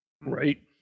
right